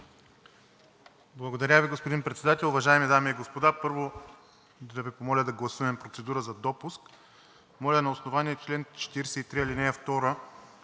Благодаря Ви, господин Председател. Уважаеми дами и господа, първо да Ви помоля да гласуваме процедура за допуск. Моля на основание чл. 43, ал. 2